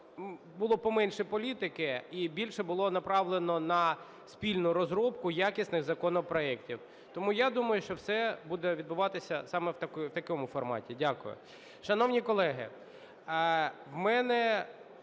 було поменше політики і більше було направлено на спільну розробку якісних законопроектів. Тому я думаю, що все буде відбуватися саме в такому форматі. Дякую. Шановні колеги, в мене